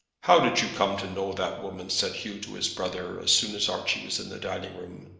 how did you come to know that woman? said hugh to his brother, as soon as archie was in the dining-room.